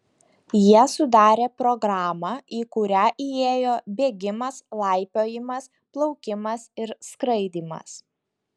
jie sudarė programą į kurią įėjo bėgimas laipiojimas plaukimas ir skraidymas